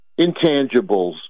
intangibles